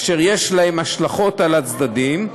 אשר יש להם השלכות על הצדדים,